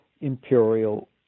imperial